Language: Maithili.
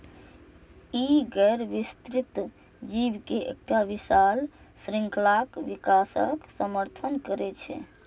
ई गैर विस्तृत जीव के एकटा विशाल शृंखलाक विकासक समर्थन करै छै